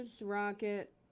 rocket